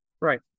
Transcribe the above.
Right